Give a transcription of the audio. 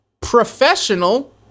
professional